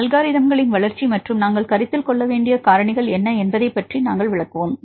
அலகாரித்ம்களின் வளர்ச்சி மற்றும் நாங்கள் கருத்தில் கொள்ள வேண்டிய காரணிகள் என்ன என்பதைப் பற்றி நாங்கள் விளக்குவோம்